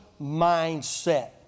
mindset